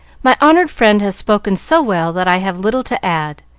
my honored friend has spoken so well that i have little to add.